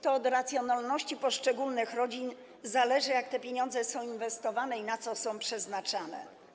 To od racjonalności poszczególnych rodzin zależy, jak te pieniądze są inwestowane i na co są przeznaczane.